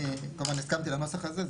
אני הסכמתי לנוסח הזה,